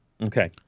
Okay